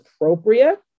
appropriate